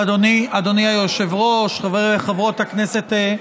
אדוני היושב-ראש, חברות הכנסת,